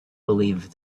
believed